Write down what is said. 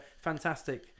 fantastic